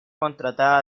contratada